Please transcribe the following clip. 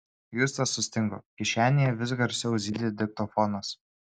justas sustingo kišenėje vis garsiau zyzė diktofonas